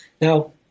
Now